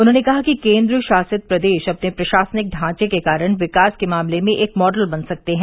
उन्होंने कहा कि केंद्रशासित प्रदेश अपने प्रशासनिक ढांचे के कारण विकास के मामले में एक मॉडल बन सकते हैं